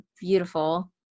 beautiful